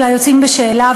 בשאלה,